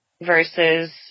versus